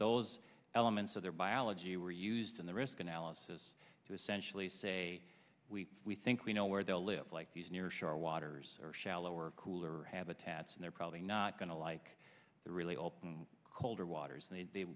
those elements of their biology were used in the risk analysis to essentially say we we think we know where they'll live like these near shore waters or shallower cooler habitats and they're probably not going to like the really open colder waters and they